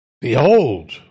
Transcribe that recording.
Behold